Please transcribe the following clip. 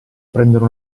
prendere